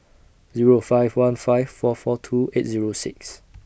Zero five one five four four two eight Zero six